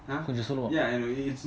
கொஞ்சம் சொல்லுவோம்:konjam soluvom